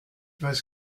weiß